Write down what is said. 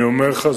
אני אומר לך,